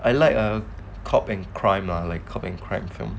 I like um cop and crime or like commit crime